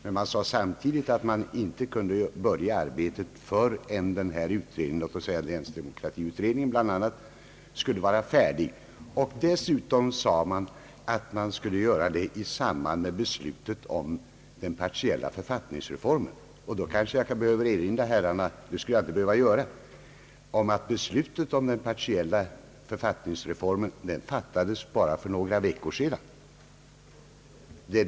Men man sade samtidigt att man inte kunde börja arbetet förrän bl.a. länsdemokratiutredningen var färdig. Dessutom sade man att man skulle göra det i samband med beslutet om den partiella författningsreformen. Jag skulle egentligen inte behöva erinra om att det definitiva beslutet om den partiella författningsreformen fattades bara för några veckor sedan.